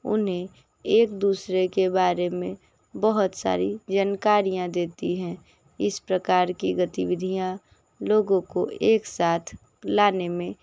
उन्हें एक दूसरे के बारे में बहुत सारी जनकारियाँ देती हैं इस प्रकार की गतिविधियाँ लोगों को एक साथ लाने में